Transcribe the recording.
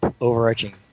overarching